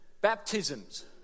Baptisms